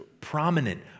prominent